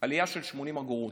עלייה של 80 אגורות.